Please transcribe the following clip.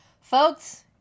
folks